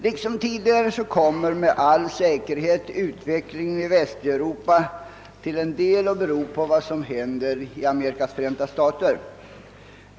Liksom tidigare kommer med all säkerhet utvecklingen i Västeuropa att till en del bero på vad som händer i Amerikas förenta stater.